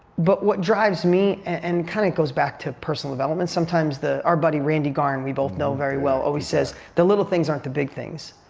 but what drives me and kind of goes back to personal development, sometimes our buddy, randy garn, we both know very well always says, the little things aren't the big things.